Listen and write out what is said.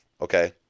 Okay